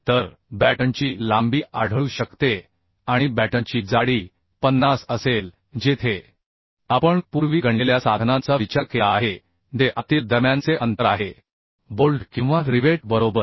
तर बॅटनची लांबी आढळू शकते आणि बॅटनची जाडी 50 असेल जेथे आपण पूर्वी गणलेल्या साधनांचा विचार केला आहे जे आतील दरम्यानचे अंतर आहे बोल्ट किंवा रिवेट बरोबर